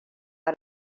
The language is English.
out